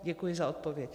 Děkuji za odpověď.